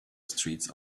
streets